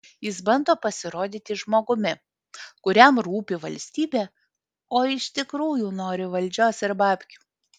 jis bando pasirodyti žmogumi kuriam rūpi valstybė o iš tikrųjų nori valdžios ir babkių